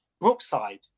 Brookside